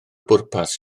bwrpas